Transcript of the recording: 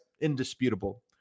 indisputable